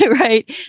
right